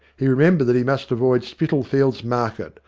he remembered that he must avoid spitalfields market,